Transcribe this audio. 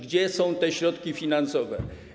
Gdzie są te środki finansowe?